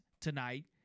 tonight